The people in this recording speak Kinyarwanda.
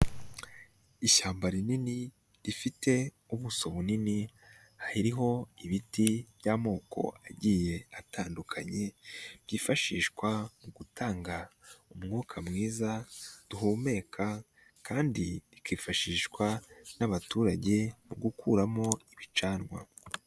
Ishyamba rinini rifite ubuso bunini, hariho ibiti by'amoko agiye atandukanye, byifashishwa mu gutanga umwuka mwiza duhumeka kandi bikifashishwa n'abaturage mu gukuramo ibicanwa.